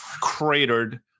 cratered